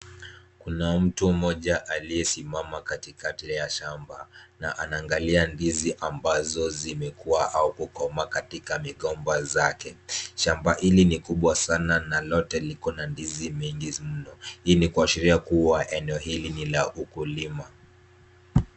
Kuna mtu mmoja aliyesimama katikati ya shamba na anaangalia ndizi ambazo zimekua au kukomaa katika migomba zake. Shamba hili ni kubwa sana na lote liko na ndizi mingi mno. Hii ni kuashiria kuwa eneo hili ni la ukulima.